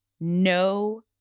no